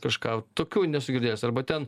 kažką tokių nesu girdėjęs arba ten